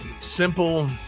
simple